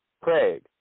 Craig